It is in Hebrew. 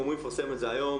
אנחנו אמורים לפרסם את זה היום,